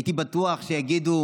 הייתי בטוח שיגידו: